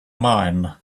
mine